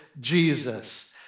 Jesus